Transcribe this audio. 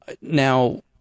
now